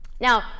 Now